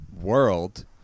world